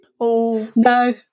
No